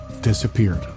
disappeared